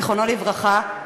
זיכרונו לברכה,